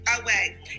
Away